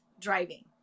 driving